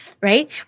right